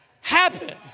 happen